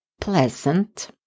pleasant